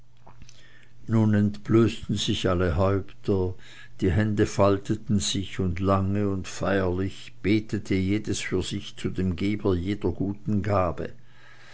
nun entblößten sich alle häupter die hände falteten sich und lange und feierlich betete jedes für sich zu dem geber jeder guten gabe